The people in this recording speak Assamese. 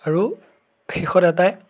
আৰু শেষত এটাই